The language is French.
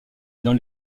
dans